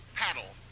paddle